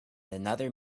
another